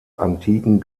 antiken